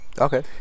Okay